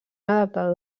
adaptador